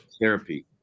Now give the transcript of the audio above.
therapy